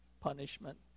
punishment